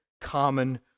common